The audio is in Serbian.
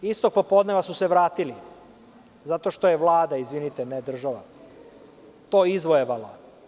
Istog popodneva su se vratili, zato što je Vlada, ne država, to izvojevala.